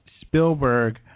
Spielberg